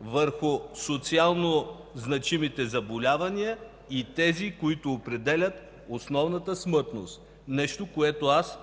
върху социално значимите заболявания и тези, които определят основната смъртност. Нещо, което широко